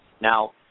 Now